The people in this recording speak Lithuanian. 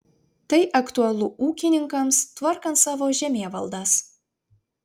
tai aktualu ūkininkams tvarkant savo žemėvaldas